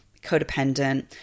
codependent